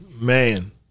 Man